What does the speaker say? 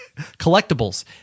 Collectibles